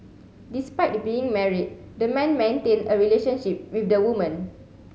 despite being married the man maintained a relationship with the woman